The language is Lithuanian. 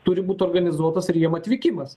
turi būt organizuotas ir jiem atvykimas